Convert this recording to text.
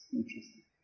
interesting